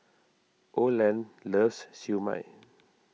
Oland loves Siew Mai